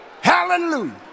hallelujah